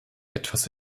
etwas